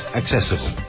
accessible